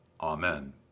Amen